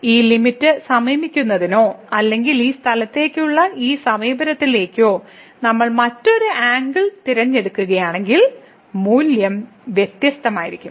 ഈ ലിമിറ്റ് സമീപിക്കുന്നതിനോ അല്ലെങ്കിൽ ഈ സ്ഥലത്തേക്കുള്ള ഈ സമീപനത്തിലേക്കോ നമ്മൾ മറ്റൊരു ആംഗിൾ തിരഞ്ഞെടുക്കുകയാണെങ്കിൽ മൂല്യം വ്യത്യസ്തമായിരിക്കും